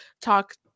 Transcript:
talk